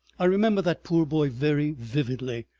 i remember that poor boy very vividly.